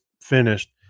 finished